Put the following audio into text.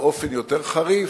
והוא נחשף באופן יותר חריף,